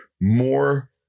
more